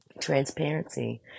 transparency